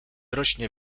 rośnie